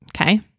Okay